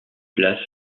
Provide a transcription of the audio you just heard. place